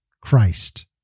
Christ